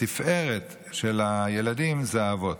והתפארת של הילדים היא האבות.